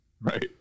Right